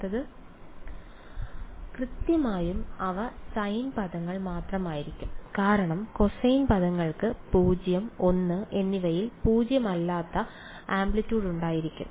വിദ്യാർത്ഥി 0 കൃത്യമായും അവ സൈൻ പദങ്ങൾ മാത്രമായിരിക്കും കാരണം കോസൈൻ പദങ്ങൾക്ക് 0 l എന്നിവയിൽ പൂജ്യമല്ലാത്ത ആംപ്ലിറ്റ്യൂഡ് ഉണ്ടായിരിക്കും